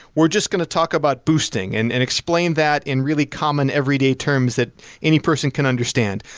we're just going to talk about boosting, and and explained that in really common everyday terms that any person can understand.